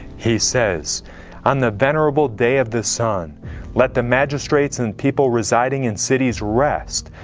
he says on the venerable day of the sun let the magistrates and people residing in cities rest,